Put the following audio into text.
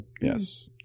Yes